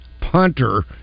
punter